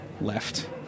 left